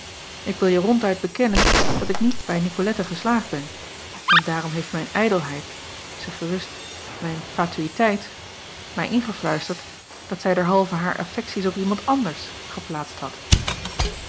delen wil je ronduit bekennen dat ik niet bij icolette geslaagd ben en daarom heeft mijn ijdelheid zeg gerust mijn fatuïteit mij ingefluisterd dat zij derhalve haar affekties op iemand anders geplaatst had